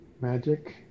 magic